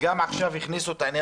וגם עכשיו הכניסו את זה